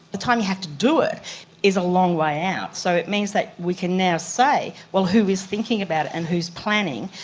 the time you have to do it is a long way out. so it means that we can now say, well, who is thinking about it and who is planning,